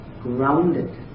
grounded